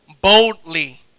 Boldly